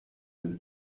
dem